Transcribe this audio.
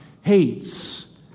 hates